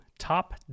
Top